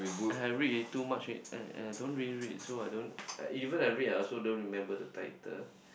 I have read already too much I I don't really read so I don't even I read I also don't remember the title